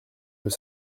peux